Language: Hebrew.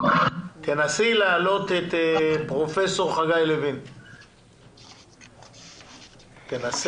פרופ' חגי לוין, בבקשה.